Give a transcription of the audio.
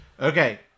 Okay